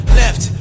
left